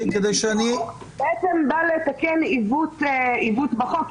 --- בעצם בא לתקן עיוות בחוק,